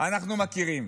אנחנו מכירים.